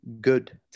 good